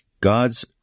God's